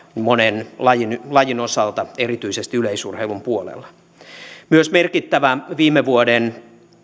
monen lajin lajin osalta erityisesti yleisurheilun puolella myös merkittävä viime vuoden